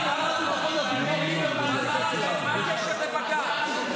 למה שר הביטחון ליברמן התייחס אליו?